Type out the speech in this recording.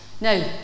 Now